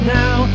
now